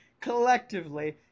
collectively